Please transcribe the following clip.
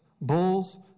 Bulls